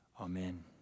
Amen